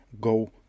go